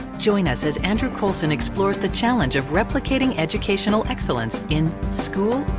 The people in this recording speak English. join us as andrew coulson explores the challenge of replicating educational excellence in school,